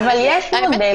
אבל יש מודל